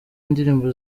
indirimbo